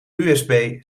usb